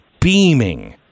beaming